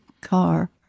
car